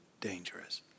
dangerous